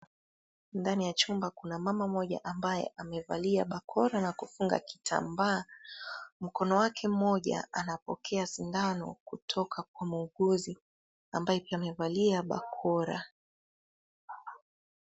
Ndani ya chumba kuna mama mmoja ambaye amevalia bakora na kufunga kitambaa. Mkono wake mmoja anapokea sindano kutoka kwa muuguzi ambaye pia amevalia bakora.